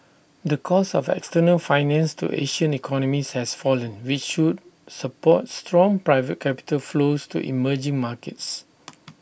the cost of external finance to Asian economies has fallen which should support strong private capital flows to emerging markets